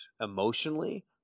emotionally